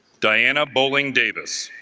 diana bowling davis